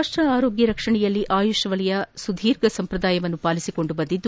ರಾಷ್ಷ ಆರೋಗ್ಯ ರಕ್ಷಣೆಯಲ್ಲಿ ಆಯುಷ್ ವಲಯ ಸುಧೀರ್ಘ ಸಂಪ್ರದಾಯವನ್ನು ಪಾಲಿಸಿಕೊಂಡು ಬಂದಿದೆ